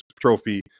trophy